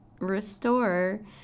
restore